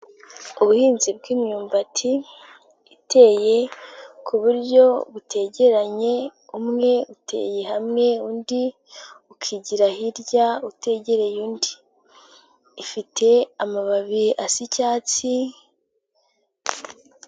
Ubuhinzi bw'imyumbati iteye ku buryo butegeranye, umwe uteye hamwe, undi ukigira hirya utegereye undi, ifite amababi asa icyatsi...